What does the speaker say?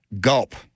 Gulp